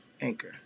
Anchor